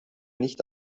nicht